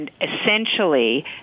essentially